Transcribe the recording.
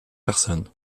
personne